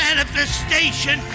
Manifestation